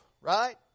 right